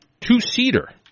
two-seater